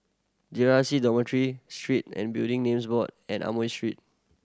J R C Dormitory Street and Building Names Board and Amoy Street